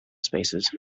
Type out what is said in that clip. spaces